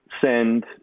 send